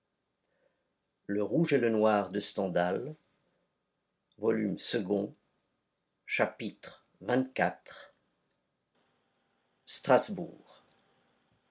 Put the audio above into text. chapitre xxiv strasbourg